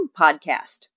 podcast